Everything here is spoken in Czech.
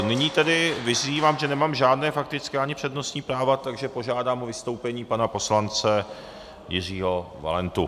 Nyní tedy vyzývám, protože nemám žádné faktické ani přednostní práva, takže požádám o vystoupení poslance Jiřího Valentu.